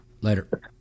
Later